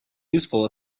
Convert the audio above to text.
useful